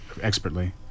expertly